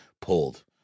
pulled